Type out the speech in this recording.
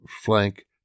flank